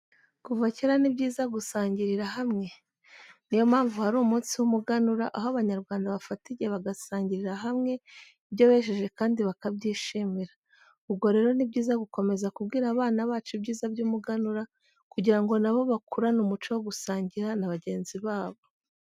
Kuva kera, ni byiza gusangiriria hamwe. Niyo mpamvu hari umunsi w'umuganura, aho Abanyarwanda bafata igihe bagasangirira hamwe ibyo bejeje kandi bakabyishimira. Ubwo rero ni byiza gukomeza kubwira abana bacu ibyiza by'umuganura kugira ngo na bo bakurane umuco wo gusangira na bangenzi babo.